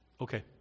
okay